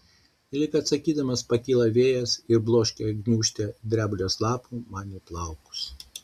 lyg atsakydamas pakyla vėjas ir bloškia gniūžtę drebulės lapų man į plaukus